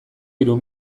hiru